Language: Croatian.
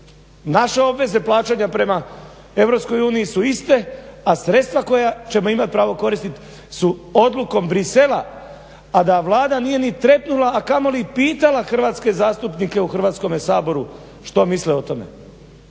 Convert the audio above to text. naše obveze plaćanja prema EU su iste, a sredstva koja ćemo imati pravo koristiti su odlukom Bruxellesa, a da Vlada nije ni trepnula, a kamoli pitala hrvatske zastupnike u Hrvatskome saboru što misle o tome.